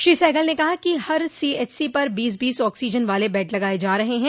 श्री सहगल ने कहा कि हर सीएचसी पर बीस बीस ऑक्सीजन वाले बेड लगाये जा रहे हैं